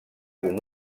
com